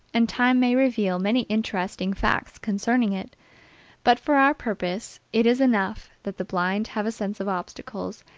and time may reveal many interesting facts concerning it but for our purpose it is enough that the blind have a sense of obstacles,